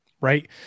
right